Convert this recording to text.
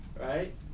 right